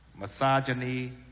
misogyny